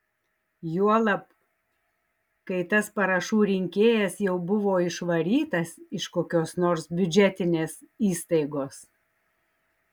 juolab kai tas parašų rinkėjas jau buvo išvarytas iš kokios nors biudžetinės įstaigos